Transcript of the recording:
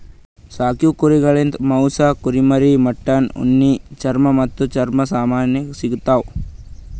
ಸಾಕೀವು ಕುರಿಗೊಳಿಂದ್ ಮಾಂಸ, ಕುರಿಮರಿ, ಮಟನ್, ಉಣ್ಣಿ, ಚರ್ಮ ಮತ್ತ್ ಚರ್ಮ ಸಾಮಾನಿ ಸಿಗತಾವ್